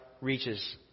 reaches